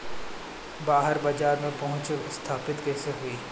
बाहर बाजार में पहुंच स्थापित कैसे होई?